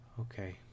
Okay